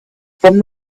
from